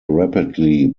rapidly